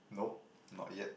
nope not yet